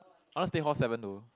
I wanna stay hall seven though